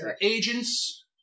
agents